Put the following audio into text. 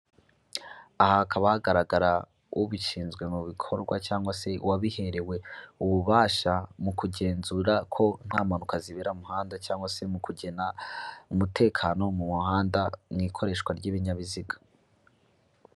Aha hakaba hagaragara ubishinzwe mu bikorwa cyangwa se uwabiherewe ububasha mu kugenzura ko nta mpanuka zibera muhanda cyangwa se mu kugena umutekano mu muhanda mwikoreshwa ry'ibinyabiziga.